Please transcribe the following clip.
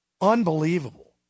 Unbelievable